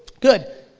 good,